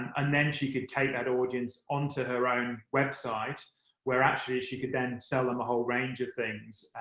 and then she could take that audience onto her own website where, actually, she could then sell them a whole range of things